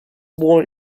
born